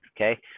Okay